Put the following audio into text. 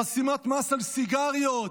חסימת מס על סיגריות,